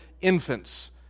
infants